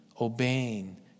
obeying